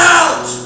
out